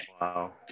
Wow